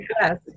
yes